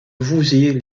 vouziers